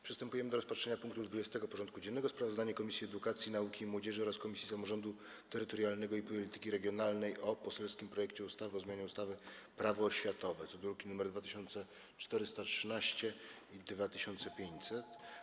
Przystępujemy do rozpatrzenia punktu 20. porządku dziennego: Sprawozdanie Komisji Edukacji, Nauki i Młodzieży oraz Komisji Samorządu Terytorialnego i Polityki Regionalnej o poselskim projekcie ustawy o zmianie ustawy Prawo oświatowe (druki nr 2413 i 2500)